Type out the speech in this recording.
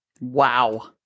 Wow